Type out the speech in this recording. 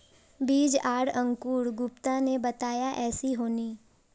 बीज आर अंकूर गुप्ता ने बताया ऐसी होनी?